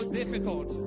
difficult